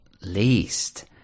least